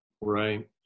Right